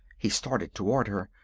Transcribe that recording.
he started toward her.